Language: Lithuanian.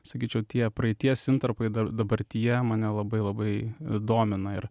sakyčiau tie praeities intarpai dar dabartyje mane labai labai domina ir